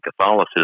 Catholicism